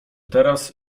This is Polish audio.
teraz